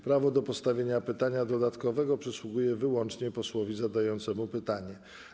Prawo do postawienia pytania dodatkowego przysługuje wyłącznie posłowi zadającemu pytanie.